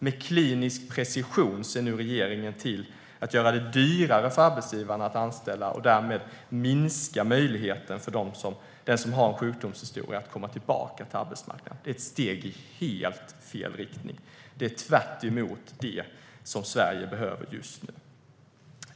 Med klinisk precision ser dock regeringen nu till att göra det dyrare för arbetsgivaren att anställa och därmed minska möjligheten för den som har en sjukdomshistoria att komma tillbaka till arbetsmarknaden. Det är ett steg i helt fel riktning. Det är tvärtemot det som Sverige behöver just nu.